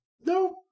No